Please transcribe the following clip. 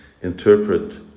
interpret